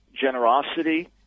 generosity